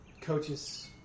Coaches